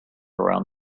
around